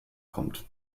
kommt